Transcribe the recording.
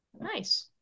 Nice